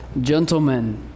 gentlemen